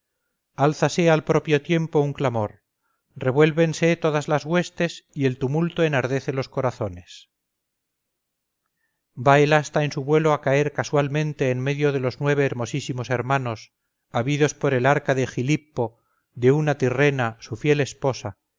auras álzase al propio tiempo un clamor revuélvense todas las huestes y el tumulto enardece los corazones va el asta en su vuelo a caer casualmente en medio de los nueve hermosísimos hermanos habidos por el árcade gilippo de una tirrena su fiel esposa